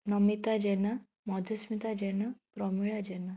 Namita Jena Madhusmita Jena Pramila Jena